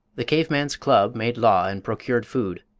the cave man's club made law and procured food.